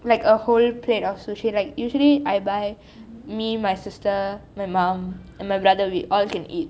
like a whole plate of sushi like usually I buy me my sister my mom and my brother we all can eat